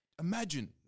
Imagine